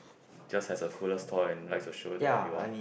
just has a coolest toy and like to show to everyone